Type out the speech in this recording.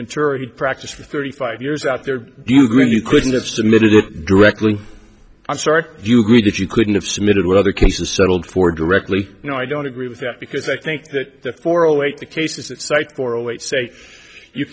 maturity practiced for thirty five years out there do you agree you couldn't have submitted it directly i'm sorry you agreed that you couldn't have submitted what other cases settled for directly you know i don't agree with that because i think that